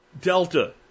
delta